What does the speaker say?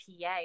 PA